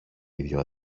ίδιο